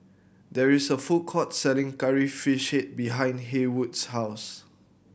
there is a food court selling Curry Fish Head behind Haywood's house